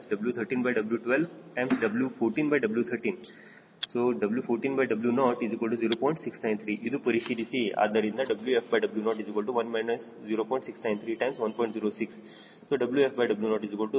06 WfW00